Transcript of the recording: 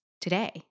today